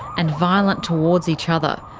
and violent towards each other,